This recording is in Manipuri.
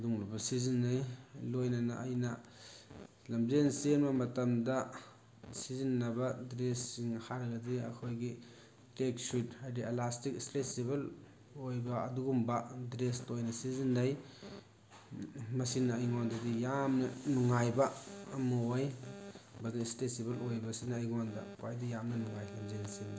ꯑꯗꯨꯒꯨꯝꯂꯕ ꯁꯤꯖꯤꯟꯅꯩ ꯂꯣꯏꯅꯅ ꯑꯩꯅ ꯂꯝꯖꯦꯟ ꯆꯦꯟꯕ ꯃꯇꯝꯗ ꯁꯤꯖꯤꯟꯅꯕ ꯗ꯭ꯔꯦꯁꯁꯤꯡ ꯍꯥꯏꯔꯒꯗꯤ ꯑꯩꯈꯣꯏꯒꯤ ꯇ꯭ꯔꯦꯛ ꯁꯨꯏꯠ ꯍꯥꯏꯗꯤ ꯑꯦꯂꯥꯁꯇꯤꯛ ꯏꯁꯇ꯭ꯔꯦꯆꯤꯕꯜ ꯑꯣꯏꯕ ꯑꯗꯨꯒꯨꯝꯕ ꯗ꯭ꯔꯦꯁꯇꯨ ꯑꯣꯏꯅ ꯁꯤꯖꯤꯟꯅꯩ ꯃꯁꯤꯅ ꯑꯩꯉꯣꯟꯗꯗꯤ ꯌꯥꯝꯅ ꯅꯨꯉꯉꯥꯏꯕ ꯑꯃ ꯑꯣꯏ ꯃꯗꯨꯅ ꯏꯁꯇ꯭ꯔꯦꯆꯤꯕꯜ ꯑꯣꯏꯕꯁꯤꯅ ꯑꯩꯉꯣꯟꯗ ꯈ꯭ꯋꯥꯏꯗꯩ ꯌꯥꯝꯅ ꯅꯨꯡꯉꯥꯏ ꯂꯝꯖꯦꯟ ꯆꯦꯟꯕꯗ